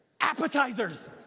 Appetizers